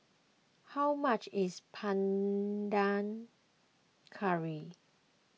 how much is Panang Curry